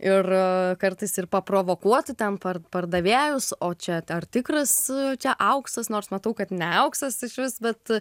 ir kartais ir paprovokuoti ten par pardavėjus o čia ar tikras čia auksas nors matau kad ne auksas išvis bet